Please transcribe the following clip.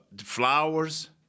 flowers